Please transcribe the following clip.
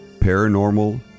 Paranormal